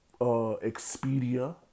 Expedia